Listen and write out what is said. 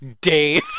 Dave